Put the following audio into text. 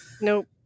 Nope